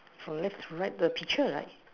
so let's write the picture right